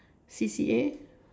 C C A